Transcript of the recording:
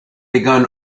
begun